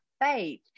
faith